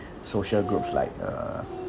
social groups like uh